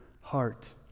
heart